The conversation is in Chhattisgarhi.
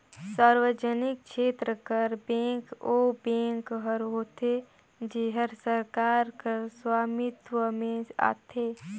सार्वजनिक छेत्र कर बेंक ओ बेंक हर होथे जेहर सरकार कर सवामित्व में आथे